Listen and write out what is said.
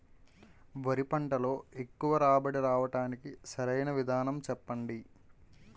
వరి పంటలో ఎక్కువ రాబడి రావటానికి సరైన విధానం చెప్పండి?